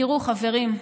תראו, חברים,